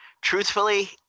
Truthfully